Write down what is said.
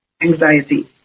anxiety